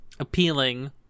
appealing